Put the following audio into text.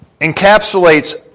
encapsulates